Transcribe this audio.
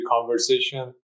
conversation